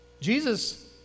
Jesus